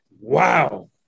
wow